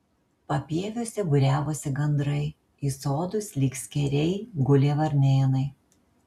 papieviuose būriavosi gandrai į sodus lyg skėriai gulė varnėnai